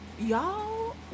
y'all